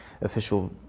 official